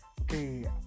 okay